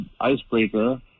icebreaker